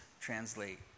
translate